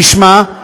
כשמה,